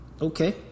Okay